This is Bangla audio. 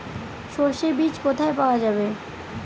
সর্ষে বিজ কোথায় পাওয়া যাবে?